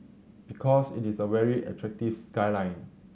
because it is a very attractive skyline